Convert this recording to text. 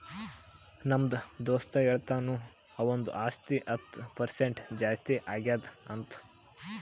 ನಮ್ದು ದೋಸ್ತ ಹೇಳತಿನು ಅವಂದು ಆಸ್ತಿ ಹತ್ತ್ ಪರ್ಸೆಂಟ್ ಜಾಸ್ತಿ ಆಗ್ಯಾದ್ ಅಂತ್